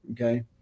okay